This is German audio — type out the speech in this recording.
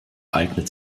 eignet